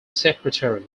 secretary